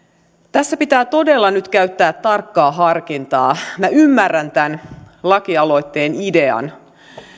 tässä pitää todella nyt käyttää tarkkaa harkintaa minä ymmärrän tämän lakialoitteen idean